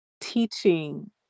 teaching